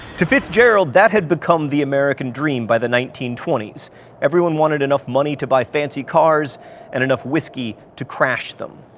to fitzgerald, that had become the american dream by the nineteen twenty s everyone wanted enough money to buy fancy cars and enough whiskey to crash them.